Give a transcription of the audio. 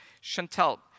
Chantal